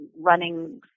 running